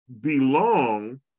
belong